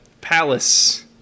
Palace